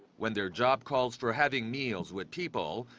when their job calls for having meals with people,